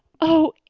oh,